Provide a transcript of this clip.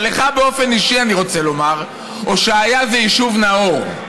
אבל לך באופן אישי אני רוצה לומר: הושעיה זה יישוב נאור.